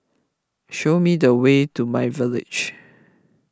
show me the way to myVillage